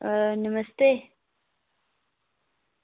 नमस्ते